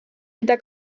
mida